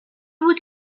بود